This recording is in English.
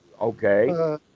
Okay